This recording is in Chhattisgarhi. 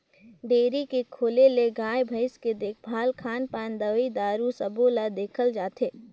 डेयरी के खोले ले गाय, भइसी के देखभाल, खान पान, दवई दारू सबो ल देखल जाथे